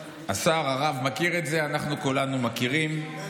השר-הרב מכיר את זה, אנחנו כולנו מכירים.